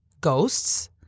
ghosts